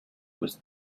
was